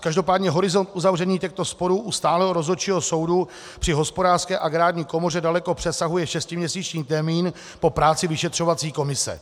Každopádně horizont uzavření těchto sporů u stálého Rozhodčího soudu při Hospodářské a Agrární komoře daleko přesahuje šestiměsíční termín pro práci vyšetřovací komise.